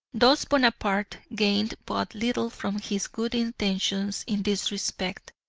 thus bonaparte gained but little from his good intentions in this respect.